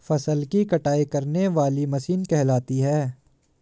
फसल की कटाई करने वाली मशीन कहलाती है?